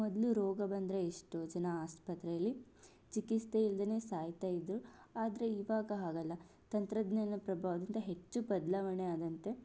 ಮೊದಲು ರೋಗ ಬಂದರೆ ಎಷ್ಟೋ ಜನ ಆಸ್ಪತ್ರೆಯಲ್ಲಿ ಚಿಕಿತ್ಸೆ ಇಲ್ಲದೆಯೇ ಸಾಯ್ತಾ ಇದ್ದರು ಆದರೆ ಇವಾಗ ಹಾಗಲ್ಲ ತಂತ್ರಜ್ಞಾನದ ಪ್ರಭಾವದಿಂದ ಹೆಚ್ಚು ಬದಲಾವಣೆಯಾದಂತೆ